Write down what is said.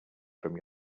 from